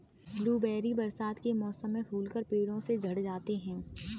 blueberry बरसात के मौसम में फूलकर पेड़ों से झड़ जाते हैं